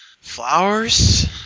flowers